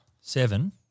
Seven